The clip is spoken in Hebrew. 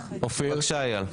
בבקשה, איל.